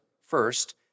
first